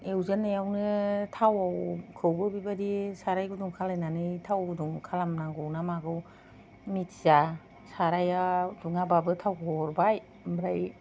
एवजेन्नायावनो थावखौबो बेबादि साराय गुदुं खालायनानै थाव गुदुं खालायनांगौना मागौ मिथिया सारायाव दुङाबाबो थावखौ हरबाय ओमफ्राय